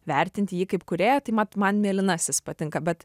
vertinti jį kaip kūrėją tai mat man mėlynasis patinka bet